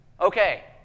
Okay